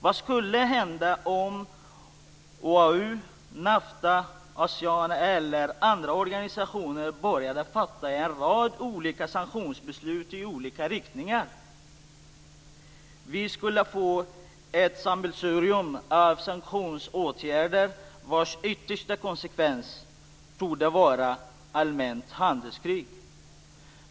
Vad skulle hända om OAU, NAFTA, Asean eller andra organisationer började fatta en rad sanktionsbeslut i olika riktningar? Vi skulle få ett sammelsurium av sanktionsåtgärder vilkas yttersta konsekvens torde bli ett allmänt handelskrig.